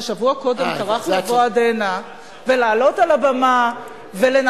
ששבוע קודם טרח לבוא עד הנה ולעלות על הבמה ולנצל